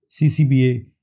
CCBA